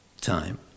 time